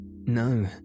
No